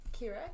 Kira